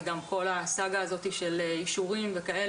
וגם כל הסאגה הזאת של אישורים וכו'